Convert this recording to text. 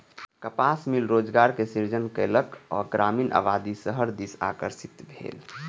कपास मिल रोजगारक सृजन केलक आ ग्रामीण आबादी शहर दिस आकर्षित भेल